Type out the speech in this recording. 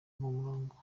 murongo